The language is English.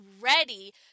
ready